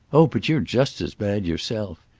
oh but you're just as bad yourself.